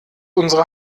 unsere